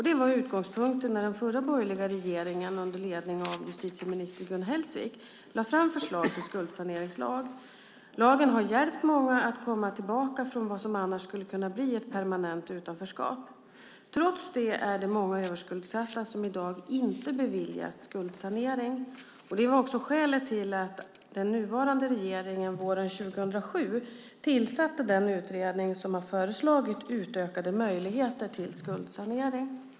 Det var utgångspunkten när den förra borgerliga regeringen under ledning av justitieminister Gun Hellsvik lade fram förslaget till skuldsaneringslag. Lagen har hjälpt många att komma tillbaka från vad som annars skulle kunna bli ett permanent utanförskap. Trots detta är det många överskuldsatta som i dag inte beviljas skuldsanering. Detta var också skälet till att den nuvarande regeringen våren 2007 tillsatte den utredning som har föreslagit utökade möjligheter till skuldsanering.